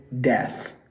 death